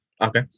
Okay